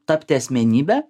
tapti asmenybe